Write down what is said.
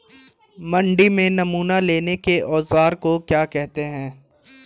मंडी में नमूना लेने के औज़ार को क्या कहते हैं?